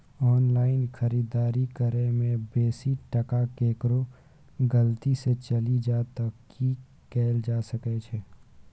Online खरीददारी करै में बेसी टका केकरो गलती से चलि जा त की कैल जा सकै छै?